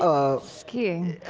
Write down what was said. ah skiing,